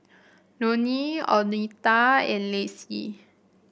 Lonie Oleta and Lacy